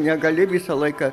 negali visą laiką